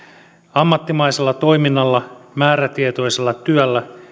ammattimaisella toiminnalla määrätietoisella työllä